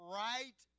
right